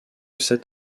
sept